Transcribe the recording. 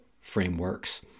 frameworks